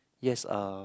yes uh